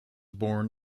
born